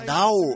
now